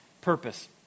purpose